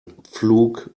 pflug